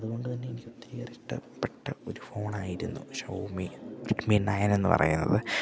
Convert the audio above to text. അതുകൊണ്ട് തന്നെ എനിക്ക് ഒത്തിരി ഏറെ ഇഷ്ടപ്പെട്ട ഒരു ഫോണായിരുന്നു ഷവോമി റെഡ്മി നയൻ എന്ന് പറയുന്നത്